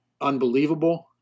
Unbelievable